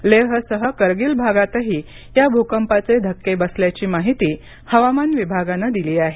लेहसह करगील भागातही या भूकंपाचे धक्के बसल्याची माहिती हवामान विभागानं दिली आहे